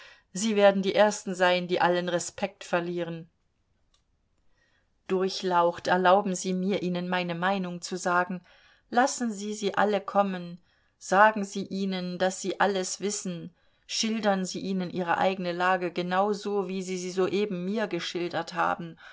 sie werden die ersten sein die allen respekt verlieren durchlaucht erlauben sie mir ihnen meine meinung zu sagen lassen sie sie alle kommen sagen sie ihnen daß sie alles wissen schildern sie ihnen ihre eigene lage genau so wie sie sie soeben mir geschildert haben